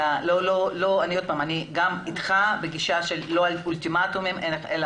גם אני בגישה לא של אולטימטומים אלא